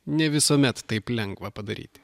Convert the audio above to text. ne visuomet taip lengva padaryti